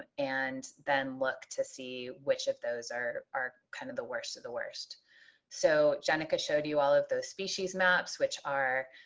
and then look to see which of those are are kind of the worst of the worst so jenica showed you all of those species maps which are